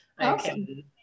Okay